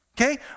Okay